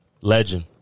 Legend